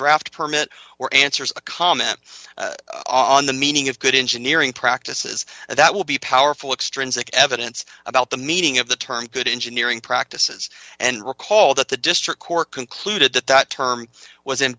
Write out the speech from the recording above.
draft permit or answers a comment on the meaning of good engineering practices that will be powerful extrinsic evidence about the meeting of the term good engineering practices and recall that the district court concluded that the term was in